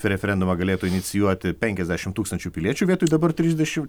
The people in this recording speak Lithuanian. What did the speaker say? referendumą galėtų inicijuoti penkiasdešim tūkstančių piliečių vietoj dabar trisdešim